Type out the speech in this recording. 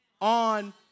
on